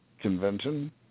convention